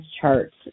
charts